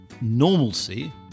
normalcy